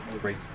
great